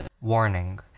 warning